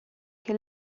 che